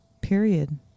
Period